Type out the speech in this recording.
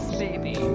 baby